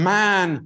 man